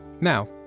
Now